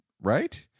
right